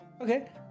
Okay